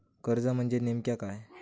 कर्ज म्हणजे नेमक्या काय?